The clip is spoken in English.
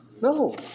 No